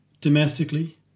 domestically